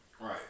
Right